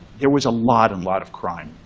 there was a lot and lot of crime.